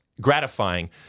gratifying